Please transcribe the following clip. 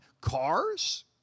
cars